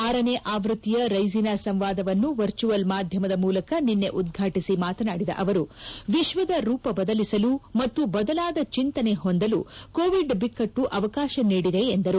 ಆರನೇ ಆವೃತ್ತಿಯ ರೈಸಿನಾ ಸಂವಾದವನ್ನು ವರ್ಚುಯಲ್ ಮಾಧ್ಯಮದ ಮೂಲಕ ನಿನ್ನೆ ಉದ್ಘಾಟಿಸಿ ಮಾತನಾಡಿದ ಅವರು ವಿಶ್ವದ ರೂಪ ಬದಲಿಸಲು ಮತ್ತು ಬದಲಾದ ಚಿಂತನೆ ಹೊಂದಲು ಕೋವಿಡ್ ಬಿಕ್ಕಟ್ಟು ಅವಕಾಶ ನೀಡಿದೆ ಎಂದರು